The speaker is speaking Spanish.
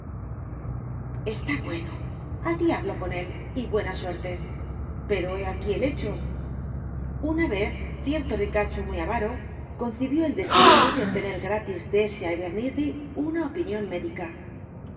á bueno al diablo con él y buena suerte p e r o he aquí el hecho una vez cierto ricacho muy avaro concibió el designio de obtener gratis de ese abernethy una opinión médica